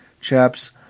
chaps